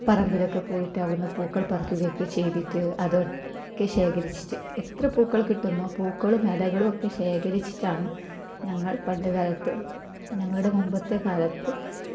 പറമ്പിലൊക്കെ പോയിട്ട് അവിടുന്ന് പൂക്കൾ പറിക്കുകയൊക്കെ ചെയ്തിട്ട് അതൊക്കെ ശേഖരിച്ചിട്ട് എത്ര പൂക്കൾ കിട്ടുമെന്നോ പൂക്കളും ഇലകളൊക്കെ ശേഖരിച്ചിട്ടാണ് ഞങ്ങൾ പണ്ട് കാലത്ത് ഞങ്ങളുടെ മുമ്പത്തെ കാലത്ത്